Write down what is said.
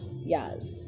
yes